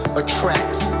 attracts